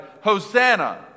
Hosanna